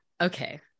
okay